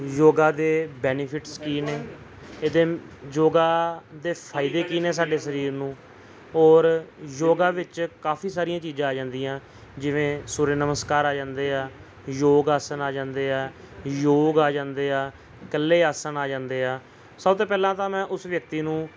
ਯੋਗਾ ਦੇ ਬੈਨੀਫਿਟਸ ਕੀ ਨੇ ਇਹਦੇ ਯੋਗਾ ਦੇ ਫਾਈਦੇ ਕੀ ਨੇ ਸਾਡੇ ਸਰੀਰ ਨੂੰ ਔਰ ਯੋਗਾ ਵਿੱਚ ਕਾਫੀ ਸਾਰੀਆਂ ਚੀਜ਼ਾਂ ਆ ਜਾਂਦੀਆਂ ਜਿਵੇਂ ਸੂਰਯ ਨਮਸਕਾਰ ਆ ਜਾਂਦੇ ਆ ਯੋਗ ਆਸਨ ਆ ਜਾਂਦੇ ਆ ਯੋਗ ਆ ਜਾਂਦੇ ਆ ਇਕੱਲੇ ਆਸਣ ਆ ਜਾਂਦੇ ਆ ਸਭ ਤੋਂ ਪਹਿਲਾਂ ਤਾਂ ਮੈਂ ਉਸ ਵਿਅਕਤੀ ਨੂੰ